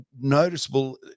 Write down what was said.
noticeable